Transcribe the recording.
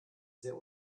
sehr